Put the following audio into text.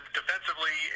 defensively